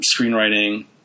screenwriting